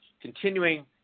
continuing